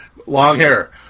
Longhair